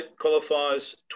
qualifies